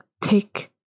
take